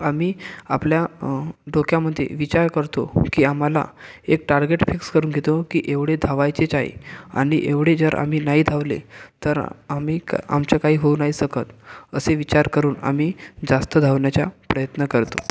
आम्ही आपल्या डोक्यामधे विचार करतो की आम्हाला एक टार्गेट फिक्स करून घेतो की एवढे धावायचेच आहे आणि एवढे जर आम्ही नाही धावले तर आम्ही आमचं काही होऊ नाई शकत असे विचार करून आम्ही जास्त धावण्याचा प्रयत्न करतो